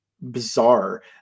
bizarre